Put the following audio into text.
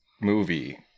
movie